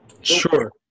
Sure